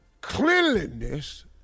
cleanliness